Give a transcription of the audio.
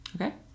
okay